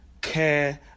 care